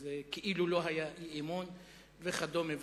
אז כאילו לא היה אי-אמון וכדומה,